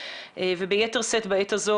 וכל מה שקשור בטיפול ההוליסטי לטובת